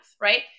right